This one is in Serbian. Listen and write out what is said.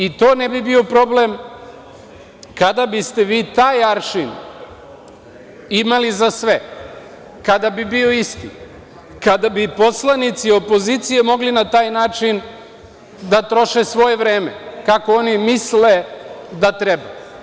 I to ne bi bio problem kada biste vi taj aršin imali za sve, kada bi bio isti, kada bi i poslanici opozicije mogli na taj način da troše svoje vreme, kako oni misle da treba.